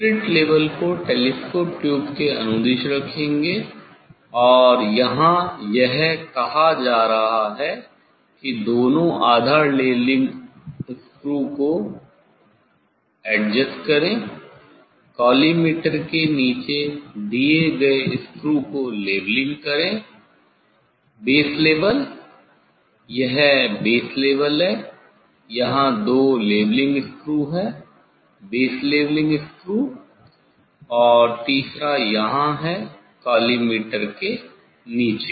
spirit level को telescope tube के अनुदिश रखेंगे और यहाँ यह कहा जा रहा है की दोनों आधार लेवलिंग स्क्रू को एडजस्ट करें कॉलीमटोर के नीचे दिए गए स्क्रू को लेवलिंग करें बेस लेवल यह बेस लेवल है यहाँ दो लेवलिंग स्क्रू हैं बेस लेवलिंग स्क्रू और तीसरा यहाँ है कॉलीमटोर के नीचे